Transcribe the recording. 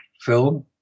film